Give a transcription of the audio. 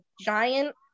giant